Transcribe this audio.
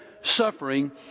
suffering